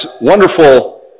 wonderful